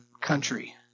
country